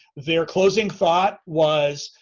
their closing thought was,